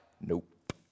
nope